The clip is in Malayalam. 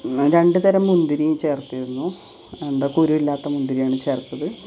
രണ്ടുതരം മുന്തിരി ചേർത്തിരുന്നു എന്താ കുരു ഇല്ലാത്ത മുന്തിരിയാണ് ചേർത്തത്